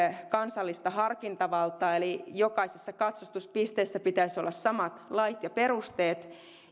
kansallista harkintavaltaa eli jokaisessa katsastuspisteessä pitäisi olla samat lait ja perusteet